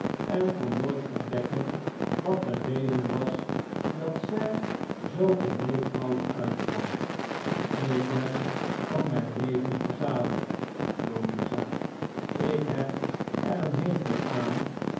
en kon nooit ontdekken wat de reden was dat zij zoo geheel fout uitkwam ik ben van mijn leven verzadigd louisa ik heb er een hekel aan